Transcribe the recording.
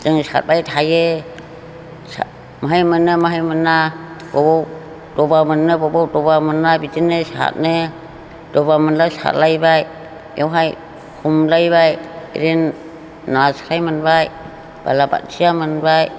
जोङो साथबाय थायो माहाय मोनो माहाय मोना अबाव दबा मोनो अबाव दबा मोना बिदिनो साथनो दबा मोनला साथलायबाय बेवहाय हमलायबाय बेदिनो नास्राय मोनबाय बाला बाथिया मोनबाय